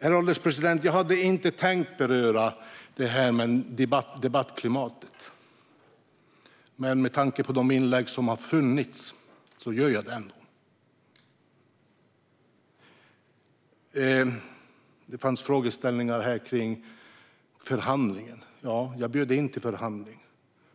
Herr ålderspresident! Jag hade inte tänkt beröra det här med debattklimatet, men med tanke på de inlägg som har gjorts gör jag det ändå. Det fanns frågeställningar om förhandlingen. Ja, jag bjöd in till förhandling.